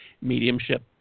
mediumship